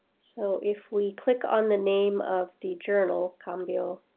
so if we click on the name of the journal cambio.